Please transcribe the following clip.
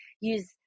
use